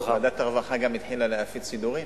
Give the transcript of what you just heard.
ועדת הרווחה התחילה גם להפיץ שידורים?